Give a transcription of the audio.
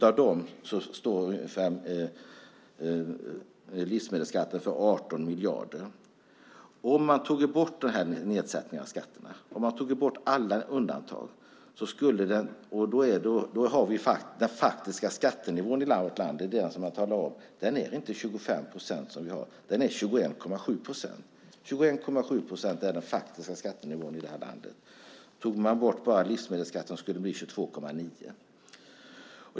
Av dem står livsmedelsskatten för 18 miljarder. Tar man bort nedsättningen av skatterna och alla undantag är den faktiska mervärdeskattenivån i vårt land inte 25 procent utan 21,7 procent. Tar man bara bort livsmedelsskatten skulle den bli 22,9 procent.